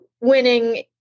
winning